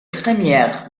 premier